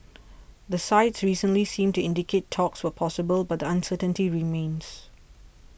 the sides recently seemed to indicate talks were possible but the uncertainty remains